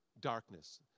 darkness